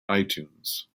itunes